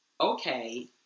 okay